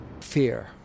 fear